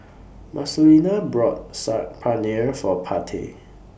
Marcelina bought Saag Paneer For Party